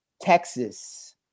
Texas